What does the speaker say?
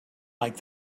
like